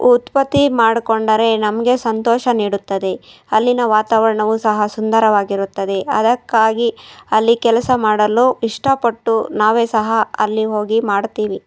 ಉತ್ಪತ್ತಿ ಮಾಡಿಕೊಂಡರೆ ನಮಗೆ ಸಂತೋಷ ನೀಡುತ್ತದೆ ಅಲ್ಲಿನ ವಾತಾವರಣವೂ ಸಹ ಸುಂದರವಾಗಿರುತ್ತದೆ ಅದಕ್ಕಾಗಿ ಅಲ್ಲಿ ಕೆಲಸ ಮಾಡಲು ಇಷ್ಟಪಟ್ಟು ನಾವೇ ಸಹ ಅಲ್ಲಿ ಹೋಗಿ ಮಾಡ್ತೀವಿ